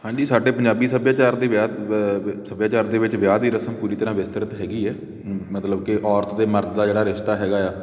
ਹਾਂਜੀ ਸਾਡੇ ਪੰਜਾਬੀ ਸੱਭਿਆਚਾਰ ਦੇ ਵਿਆਹ ਸੱਭਿਆਚਾਰ ਦੇ ਵਿੱਚ ਵਿਆਹ ਦੀ ਰਸਮ ਪੂਰੀ ਤਰ੍ਹਾਂ ਵਿਸਤਰਿਤ ਹੈਗੀ ਹੈ ਮ ਮਤਲਬ ਕਿ ਔਰਤ ਅਤੇ ਮਰਦ ਦਾ ਜਿਹੜਾ ਰਿਸ਼ਤਾ ਹੈਗਾ ਆ